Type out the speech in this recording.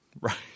Right